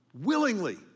Willingly